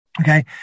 Okay